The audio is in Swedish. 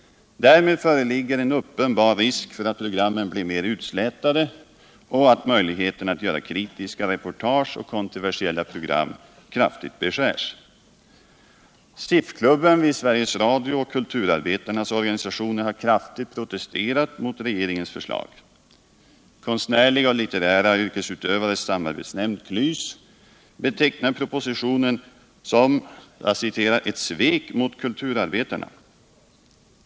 Därmed föreligger en uppenbar risk för att programmen blir mer utslätade och att möjligheterna att göra kritiska reportage och kontroversiella program kraftigt beskärs. SIF-klubben vid Sveriges Radio och kulturarbetarnas organisationer har kraftigt protesterat emot regeringens förslag. Konstnärliga och litterära yrkesutövares samarbetsnämnd, KLYS, betecknar propositionen som ”ett svek mot kulturarbetarna”.